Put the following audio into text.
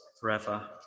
forever